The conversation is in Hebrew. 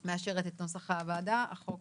אני מאשרת את נוסח הוועדה, החוק